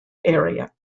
area